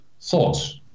thoughts